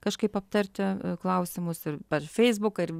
kažkaip aptarti klausimus ir per feisbuką ir